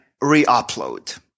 re-upload